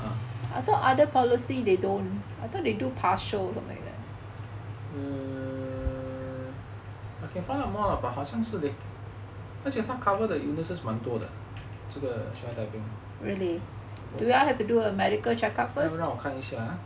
err I can find out more lah but 好像是 leh cause 他 cover 的 illnesses 蛮多的这个让我看一下 ah